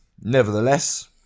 Nevertheless